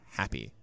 happy